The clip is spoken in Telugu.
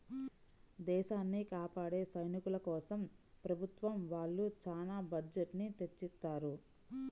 దేశాన్ని కాపాడే సైనికుల కోసం ప్రభుత్వం వాళ్ళు చానా బడ్జెట్ ని తెచ్చిత్తారు